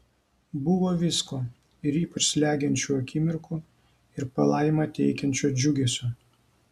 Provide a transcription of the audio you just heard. buvo visko ir ypač slegiančių akimirkų ir palaimą teikiančio džiugesio